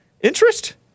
Interest